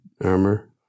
armor